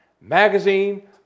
magazine